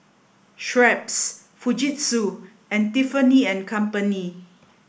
Schweppes Fujitsu and Tiffany and Company